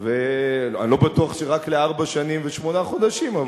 אני לא בטוח שרק לארבע שנים ושמונה חודשים,